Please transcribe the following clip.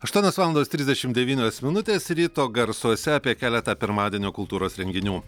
aštuonios valandos trisdešim devynios minutės ryto garsuose apie keletą pirmadienio kultūros renginių